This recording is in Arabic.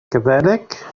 كذلك